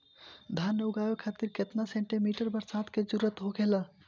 धान उगावे खातिर केतना सेंटीमीटर बरसात के जरूरत होखेला?